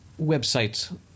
website